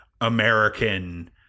American